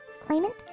claimant